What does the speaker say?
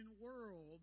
world